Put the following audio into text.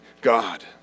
God